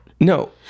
No